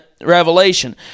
revelation